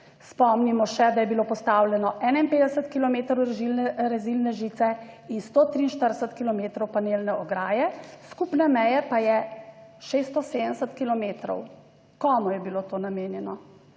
Spomnimo še, da je bilo postavljeno 51 kilometrov rezilne žice in 143 kilometrov panelne ograje, skupne meje pa je 670 kilometrov. Komu je bilo to namenjeno?